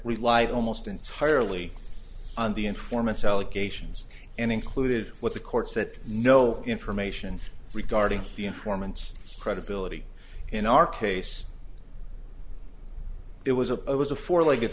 relied almost entirely on the informants allegations and included what the court said no information regarding the informants credibility in our case it was a was a four l